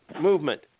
movement